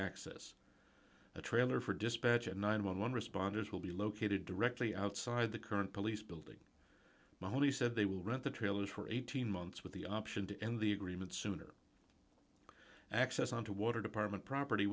access a trailer for dispatch and ninety one responders will be located directly outside the current police building mahoney said they will rent the trailers for eighteen months with the option to end the agreement sooner access on to water department property